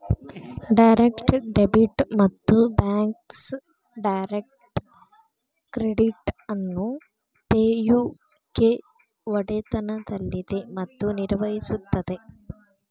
direct debit ಮತ್ತು Bacs direct credit ಅನ್ನು Pay U K ಒಡೆತನದಲ್ಲಿದೆ ಮತ್ತು ನಿರ್ವಹಿಸುತ್ತದೆ